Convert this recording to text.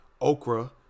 Okra